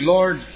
Lord